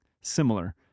similar